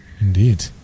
Indeed